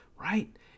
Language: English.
Right